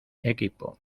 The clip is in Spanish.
equipo